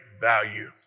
value